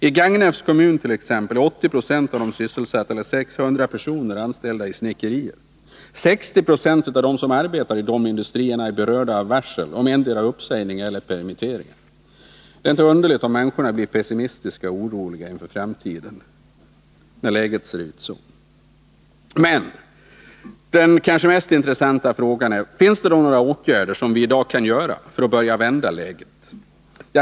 I Gagnefs kommun t.ex. är 80 90 av de sysselsatta, eller 600 personer, anställda i snickerier. 60 96 av dem som arbetar i dessa industrier är berörda av varsel om endera uppsägning eller permittering. Det är inte underligt att människorna blir pessimistiska och oroliga inför framtiden när läget är sådant. Men den kanske mest intressanta frågan är: Finns det då några åtgärder som vi i dag kan vidta för att börja att vända läget?